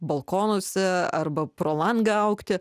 balkonuose arba pro langą augti